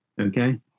okay